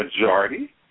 majority